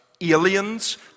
aliens